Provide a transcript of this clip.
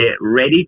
ready